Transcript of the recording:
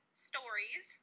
stories